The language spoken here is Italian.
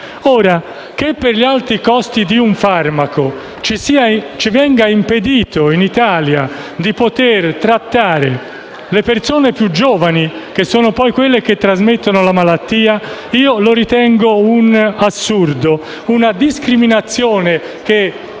Che per gli alti costi di un farmaco ci venga impedito in Italia di poter trattare le persone più giovani, che sono poi quelle che trasmettono la malattia, lo ritengo un assurdo e una discriminazione che